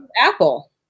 Apple